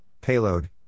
Payload